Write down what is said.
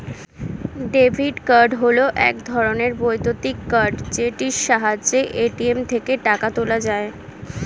debit card হল এক ধরণের বৈদ্যুতিক কার্ড যেটির সাহায্যে এ.টি.এম থেকে টাকা তোলা যায়